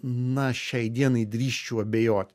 na šiai dienai drįsčiau abejoti